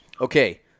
okay